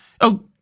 Oh